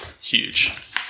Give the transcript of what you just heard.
Huge